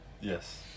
Yes